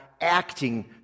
acting